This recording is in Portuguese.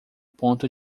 ponto